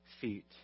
feet